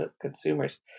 consumers